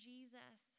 Jesus